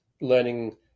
learning